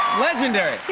legendary.